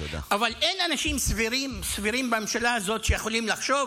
אבל אין אנשים סבירים בממשלה הזאת שיכולים לחשוב?